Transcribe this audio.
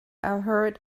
heard